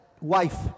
wife